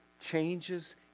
changes